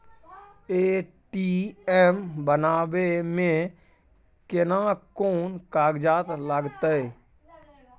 ATM बनाबै मे केना कोन कागजात लागतै?